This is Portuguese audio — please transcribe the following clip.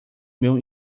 meu